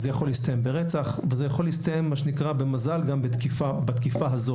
זה יכול להסתיים ברצח וזה יכול להסתיים במזל במה שנקרא גם בתקיפה הזאת.